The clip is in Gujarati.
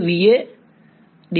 વિદ્યાર્થી